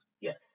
Yes